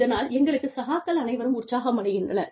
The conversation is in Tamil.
இதனால் எங்களது சகாக்கள் அனைவரும் உற்சாகமடைகின்றனர்